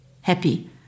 happy